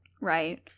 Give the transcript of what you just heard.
Right